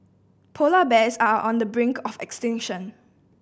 polar bears are on the brink of extinction